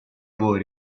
voi